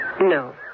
No